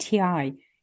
ATI